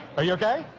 are you okay.